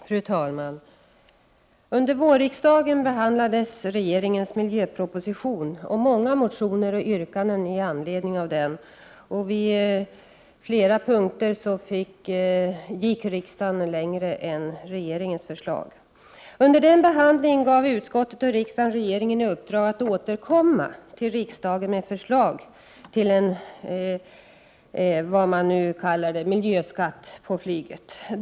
Fru talman! Under vårriksdagen behandlades regeringens miljöproposition och många motioner och yrkanden i anledning av den. På flera punkter gick riksdagen längre än regeringens förslag. Under den behandlingen gav utskottet och riksdagen regeringen i uppdrag att återkomma till riksdagen med förslag till en vad man nu kallar miljöskatt på flyget.